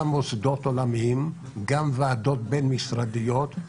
גם מוסדות עולמיים, גם ועדות בין-משרדיות,